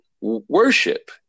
worship